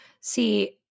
See